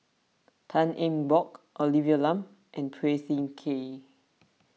Tan Eng Bock Olivia Lum and Phua Thin Kiay